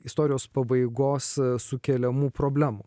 istorijos pabaigos sukeliamų problemų